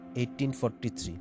1843